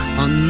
on